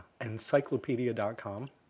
encyclopedia.com